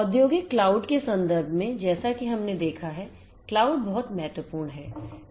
औद्योगिक क्लाउड के संदर्भ में जैसा कि हमने देखाहै क्लाउड बहुत महत्वपूर्ण है